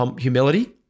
humility